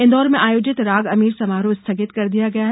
इंदौर में आयोजित राग अमीर समारोह स्थगित कर दिया गया है